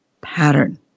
pattern